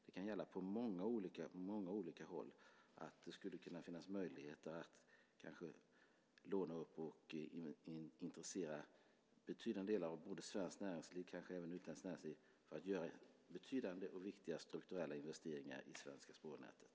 Det kan på många håll finnas möjlighet att låna och intressera betydande delar av svenskt och kanske också utländsk näringsliv att göra betydande och viktiga strukturella investeringar i det svenska spårnätet.